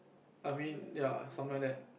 I mean ya something like that